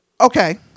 Okay